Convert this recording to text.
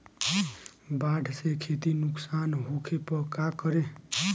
बाढ़ से खेती नुकसान होखे पर का करे?